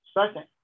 second